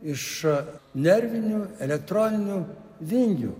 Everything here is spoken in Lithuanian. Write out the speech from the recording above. iš nervinių elektroninių vingių